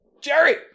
jerry